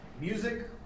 Music